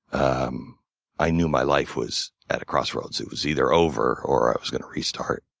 um i knew my life was at a crossroads. it was either over or i was gonna restart.